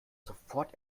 sofort